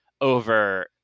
over